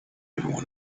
everyone